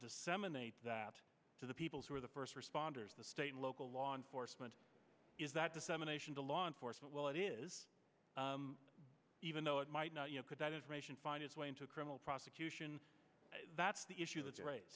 disseminate that to the people who are the first responders the state and local law enforcement is that dissemination to law enforcement will it is even though it might not you know could that information find its way into a criminal prosecution that's the issue